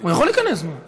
הוא יכול להיכנס, מה.